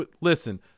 listen